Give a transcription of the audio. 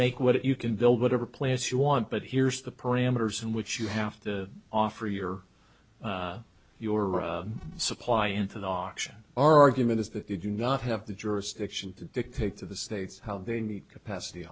make with it you can build whatever plants you want but here's the parameters in which you have to offer your your supply into the auction our argument is that you do not have the jurisdiction to do take to the states how they need capacity